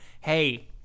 hey